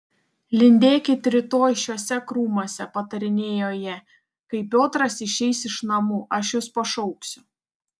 lindėkit rytoj šiuose krūmuose patarinėjo ji kai piotras išeis iš namų aš jus pašauksiu